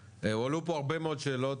הועלו פה הרבה מאוד שאלות